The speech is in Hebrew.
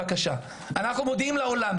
אנחנו מודיעים לעולם,